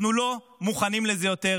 אנחנו לא מוכנים לזה יותר,